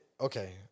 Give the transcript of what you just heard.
Okay